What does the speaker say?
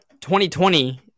2020